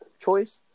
choice